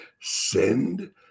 Send